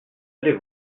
allez